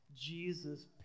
Jesus